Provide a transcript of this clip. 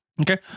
Okay